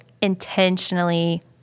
intentionally